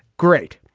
great.